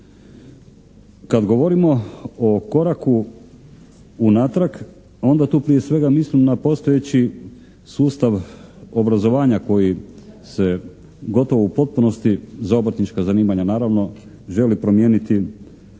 Kada govorimo o koraku unatrag, onda tu prije svega mislim na postojeći sustav obrazovanja koji se gotovo u potpunosti za obrtnička zanimanja naravno, želi promijeniti